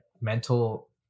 mental